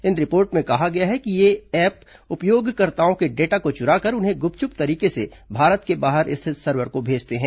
इन report में कहा गया है कि ये एप उपयोगकर्ताओं के डेटा को चुराकर उन्हें ग्रपचुप तरीके से भारत के बाहर स्थित सर्वर को भेजते हैं